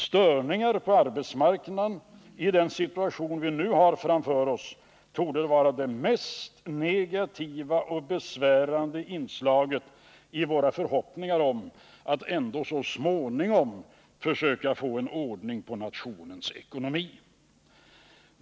Störningar på arbetsmarknaden i den situation vi nu har framför oss torde vara det mest negativa och besvärande inslaget i våra förhoppningar om att ändå så småningom försöka få en ordning på nationens ekonomi.